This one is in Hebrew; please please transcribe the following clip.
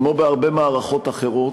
כמו בהרבה מערכות אחרות,